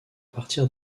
partir